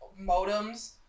modems